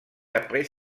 après